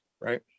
right